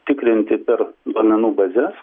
tikrinti per duomenų bazes